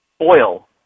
Oil